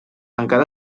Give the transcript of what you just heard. encara